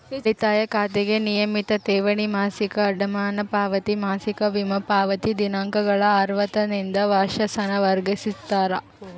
ಉಳಿತಾಯ ಖಾತೆಗೆ ನಿಯಮಿತ ಠೇವಣಿ, ಮಾಸಿಕ ಅಡಮಾನ ಪಾವತಿ, ಮಾಸಿಕ ವಿಮಾ ಪಾವತಿ ದಿನಾಂಕಗಳ ಆವರ್ತನದಿಂದ ವರ್ಷಾಸನ ವರ್ಗಿಕರಿಸ್ತಾರ